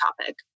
topic